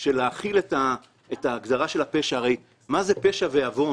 של להחיל את ההגדרה של הפשע, הרי מה זה פשע ועוון,